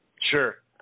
Sure